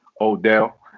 Odell